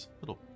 little